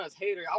hater